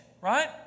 right